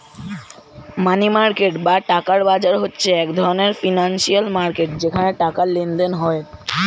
মানি market বা টাকার বাজার হচ্ছে এক ধরণের ফিনান্সিয়াল মার্কেট যেখানে টাকার লেনদেন হয়